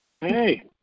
Hey